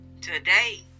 today